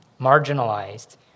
marginalized